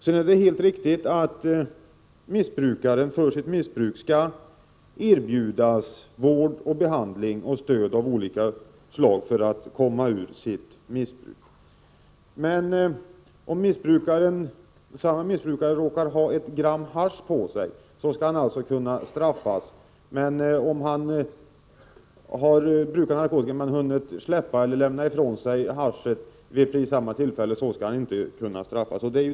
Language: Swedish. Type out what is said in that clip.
Det är helt riktigt att missbrukaren för sitt missbruk skall erbjudas vård och behandling och stöd av olika slag för att komma ur sitt missbruk. Om en missbrukare råkar ha ett gram hasch på sig skall han alltså kunna straffas, men om han brukar narkotika men hunnit släppa eller lämna ifrån sig haschet vid tillfället skall han inte kunna straffas.